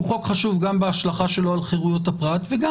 הוא חוק חשוב גם בהשלכה שלו על חרויות הפרט וגם,